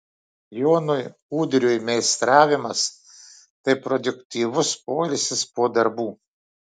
jonui udriui meistravimas tai produktyvus poilsis po darbų